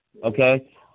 Okay